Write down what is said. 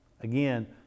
again